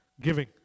giving